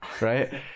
right